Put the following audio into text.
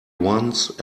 once